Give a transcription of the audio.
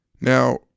Now